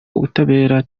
ubutabera